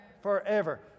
forever